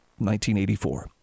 1984